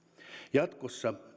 jatkossa